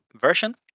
version